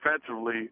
defensively